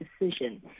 decision